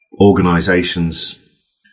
organizations